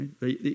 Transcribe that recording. Right